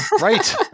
Right